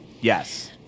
Yes